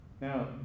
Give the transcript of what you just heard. Now